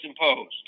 imposed